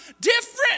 different